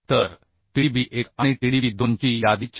तर Tdb 1 आणि Tdb2 ची यादी 460